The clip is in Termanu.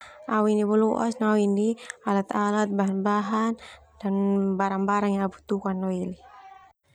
Au ini boloas no au alat-alat, bahan-bahan dan barang-barang yang au butuhkan na eli.